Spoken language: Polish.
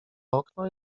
okno